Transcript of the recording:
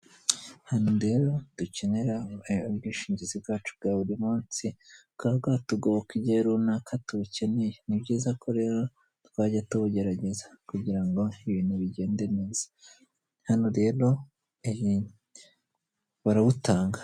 Hano rero dukenera ubwishingizi bwacu bwa buri munsi, bukaba bwa tugoboka igihe runaka tubukeneye, ni byiza ko rero twajya tubugerageza kugira ngo ibintu bigende neza, hano rero barabutanga.